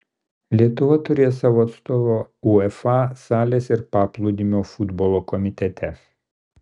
lietuva turės savo atstovą uefa salės ir paplūdimio futbolo komitete